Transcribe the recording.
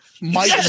Mike